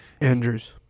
Andrews